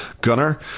Gunner